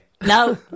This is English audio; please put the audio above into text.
no